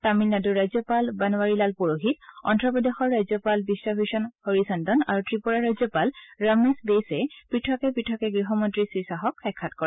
তামিলনাডূৰ ৰাজ্যপাল বানৱাৰী লাল পুৰোহিত অন্ধপ্ৰদেশৰ ৰাজ্যপাল বিশ্ব ভূষণ হৰিচন্দন আৰু ত্ৰিপুৰাৰ ৰাজ্যপাল ৰমেশ বেইছে পথকে পৃথকে গৃহমন্ত্ৰী শ্ৰীখাহক সাক্ষাৎ কৰে